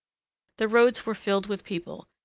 the roads were filled with people,